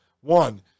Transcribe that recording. one